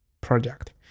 project